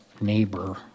neighbor